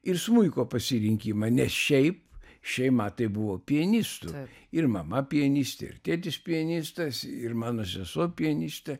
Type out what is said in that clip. ir smuiko pasirinkimą nes šiaip šeima tai buvo pianistų ir mama pianistė ir tėtis pianistas ir mano sesuo pianistė